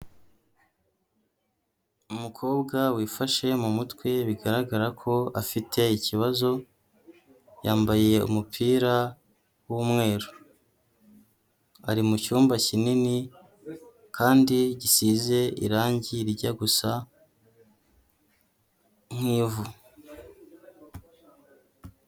Umukobwa wifashe mu mutwe bigaragara ko afite ikibazo, yambaye umupira w'umweru, ari mu cyumba kinini kandi gisize irangi rijya gusa nk'ivu.